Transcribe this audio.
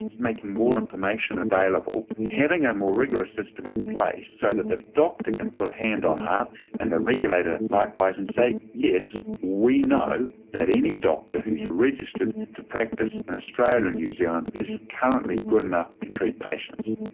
making more information available, having a more rigorous system and place, so that the doctor can put hand on heart and a regulator likewise and say yes, we know that any doctor who's registered to practice in australia and new zealand is currently good enough to treat patients.